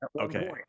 okay